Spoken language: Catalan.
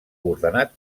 ordenat